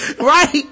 Right